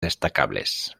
destacables